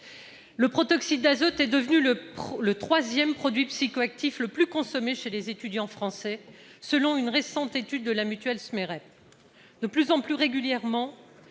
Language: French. Le protoxyde d'azote est devenu le troisième produit psychoactif le plus consommé chez les étudiants français, selon une récente étude de la mutuelle SMEREP. Dans nombre de villes